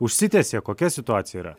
užsitęsė kokia situacija yra